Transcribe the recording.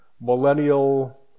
millennial